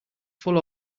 full